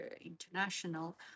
international